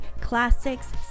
classics